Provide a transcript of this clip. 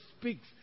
speaks